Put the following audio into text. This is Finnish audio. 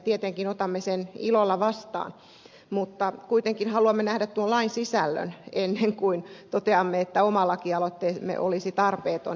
tietenkin otamme sen ilolla vastaan mutta kuitenkin haluamme nähdä tuon lain sisällön ennen kuin toteamme että oma lakialoitteemme olisi tarpeeton